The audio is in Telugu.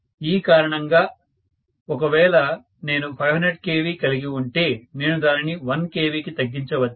ఈ కారణంగా ఒకవేళ నేను 500 kV కలిగి ఉంటే నేను దానిని 1 kV కి తగ్గించవచ్చు